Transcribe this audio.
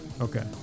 Okay